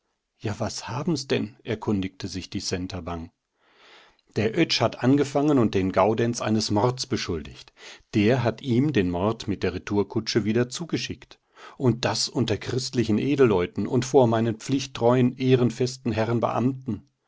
ja was haben's denn erkundigte sich die centa bang der oetsch hat angefangen und den gaudenz eines mords beschuldigt der hat ihm den mord mit der retourkutsche wieder zugeschickt und das unter christlichen edelleuten und vor meinen pflichttreuen ehrenfesten herren beamten